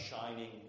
shining